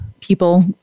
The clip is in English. people